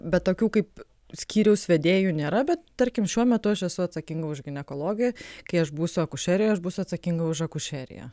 bet tokių kaip skyriaus vedėjų nėra bet tarkim šiuo metu aš esu atsakinga už ginekologiją kai aš būsiu akušerijoj aš būsiu atsakinga už akušeriją